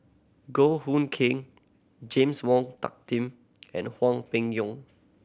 Goh Hood Keng James Wong Tuck Tim and Hwang Peng Yuan